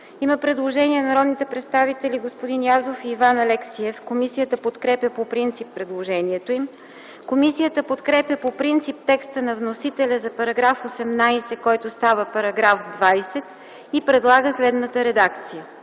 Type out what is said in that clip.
Има предложение на народните представители Костадин Язов и Иван Алексиев. Комисията подкрепя предложението им. Комисията подкрепя по принцип текста на вносителя за § 18, който става § 20, и предлага следната редакция: